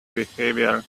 behavior